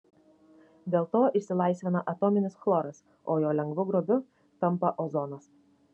dėl to išsilaisvina atominis chloras o jo lengvu grobiu tampa ozonas